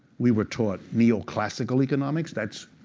we were taught neoclassical economics. that's,